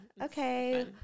Okay